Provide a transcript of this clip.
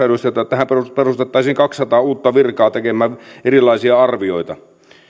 tähän perustettaisiin kaksisataa uutta virkaa tekemään erilaisia arvioita